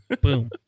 boom